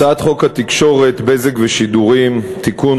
הצעת חוק התקשורת (בזק ושידורים) (תיקון,